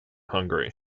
hungary